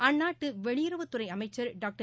அந்நாட்டுவெளியுறவுத்துறைஅமைச்சர் doctor